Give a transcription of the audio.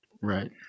Right